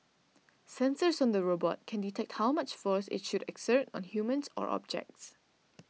sensors on the robot can detect how much force it should exert on humans or objects